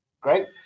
Great